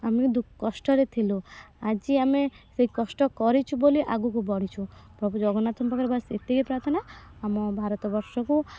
ଆମେ ଦୁ କଷ୍ଟରେ ଥିଲୁ ଆଜି ଆମେ ସେ କଷ୍ଟରେ ଥିଲୁ ଆଜି ଆମେ ସେ କଷ୍ଟ କରିଛୁ ବୋଲି ଆଗକୁ ବଢ଼ିଛୁ ପ୍ରଭୁ ଜଗନ୍ନାଥଙ୍କ ପାଖରେ ବାସ୍ ଏତିକି ପ୍ରାର୍ଥନା ଆଉ ଆମ ଭାରତବର୍ଷକୁ